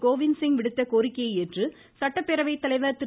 கோவிந்த்சிங் விடுத்த கோரிக்கையை ஏற்று சட்டப்பேரவை தலைவர் திரு